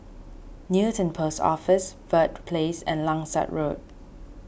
Newton Post Office Verde Place and Langsat Road